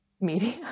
media